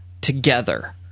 together